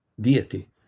deity